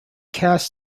cast